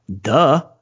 duh